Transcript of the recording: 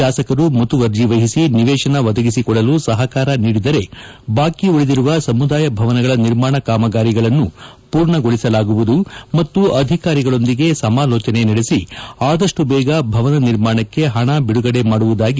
ಶಾಸಕರು ಮುತುವರ್ಜಿ ವಹಿಸಿ ನಿವೇಶನ ಒದಗಿಸಿಕೊಡಲು ಸಹಕಾರ ನೀಡಿದರೆ ಬಾಕಿ ಉಳಿದಿರುವ ಸಮುದಾಯ ಭವನಗಳ ನಿರ್ಮಾಣ ಕಾಮಗಾರಿಗಳನ್ನು ಪೂರ್ಣಗೊಳಿಸಲಾಗುವುದು ಮತ್ತು ಅಧಿಕಾರಿಗಳೊಂದಿಗೆ ಸಮಾಲೋಚನೆ ನಡೆಸಿ ಆದಷ್ಟು ದೇಗ ಭವನ ನಿರ್ಮಾಣಕ್ಕೆ ಹಣ ಬಿಡುಗಡೆ ಮಾಡುವುದಾಗಿ ಸಚಿವರು ಭರವಸೆ ನೀಡಿದರು